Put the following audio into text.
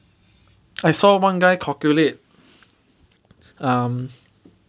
I saw one guy calculate um